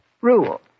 Rule